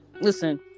Listen